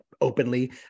openly